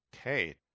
Okay